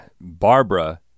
Barbara